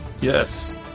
Yes